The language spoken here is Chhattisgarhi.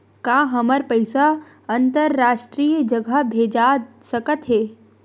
का हमर पईसा अंतरराष्ट्रीय जगह भेजा सकत हे?